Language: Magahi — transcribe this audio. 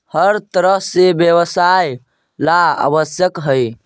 हर तरह के व्यवसाय ला आवश्यक हई